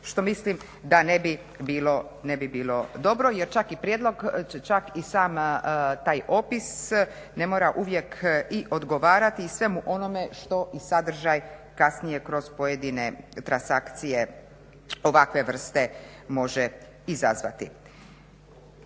što mislim da ne bi bilo dobro jer čak i sam taj opis ne mora uvijek i odgovarati svemu onome što i sadržaj kasnije kroz pojedine transakcije ovakve vrste može izazvati.